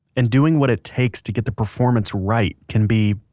and doing what it takes to get the performance right can be.